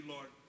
Lord